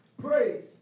Praise